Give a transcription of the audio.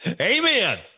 Amen